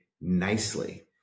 nicely